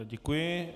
Děkuji.